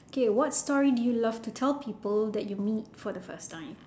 k what story do you love to tell people that you meet for the first time